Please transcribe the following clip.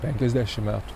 penkiasdešim metų